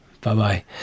Bye-bye